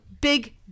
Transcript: big